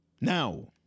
Now